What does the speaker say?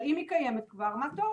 אבל אם היא כבר קיימת מה טוב,